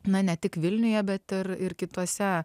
na ne tik vilniuje bet ir ir kituose